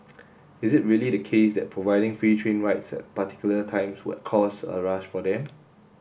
is it really the case that providing free train rides at particular times would cause a rush for them